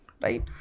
right